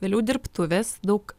vėliau dirbtuvės daug